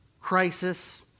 crisis